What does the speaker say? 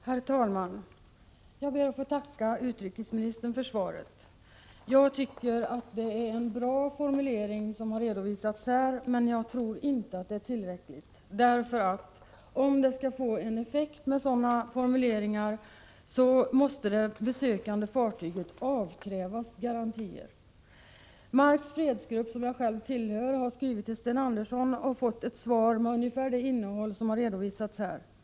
Herr talman! Jag ber att få tacka utrikesministern för svaret. Jag tycker att det är en bra formulering som har redovisats här, men jag tror inte att den är tillräcklig. Om det skall bli någon effekt med sådana formuleringar måste det besökande fartyget avkrävas garantier. Marks fredsgrupp, som jag själv tillhör, har skrivit till Sten Andersson och fått ett svar med ungefär det innehåll som redovisats här.